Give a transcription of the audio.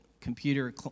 computer